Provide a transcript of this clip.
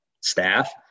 staff